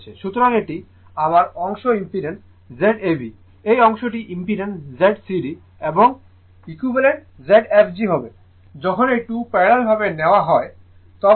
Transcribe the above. সুতরাং এটি আমার অংশ ইম্পিডেন্স Z ab এই অংশটি ইম্পিডেন্স Z cd এবং ইকুইভালেন্ট Zfg হবে যখন এই 2 প্যারালাল ভাবে নেওয়া হবে